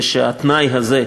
ושהתנאי הזה,